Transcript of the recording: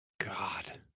god